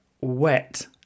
wet